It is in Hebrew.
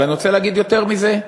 אבל אני רוצה להגיד יותר מזה: